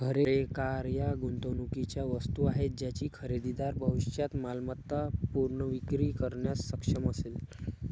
घरे, कार या गुंतवणुकीच्या वस्तू आहेत ज्याची खरेदीदार भविष्यात मालमत्ता पुनर्विक्री करण्यास सक्षम असेल